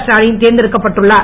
ஸ்டாலின் தேர்ந்தெடுக்கப்பட்டுள்ளார்